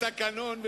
בתקנון,